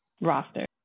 roster